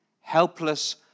helpless